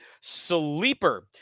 Sleeper